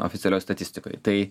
oficialioj statistikoj tai